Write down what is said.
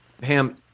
Pam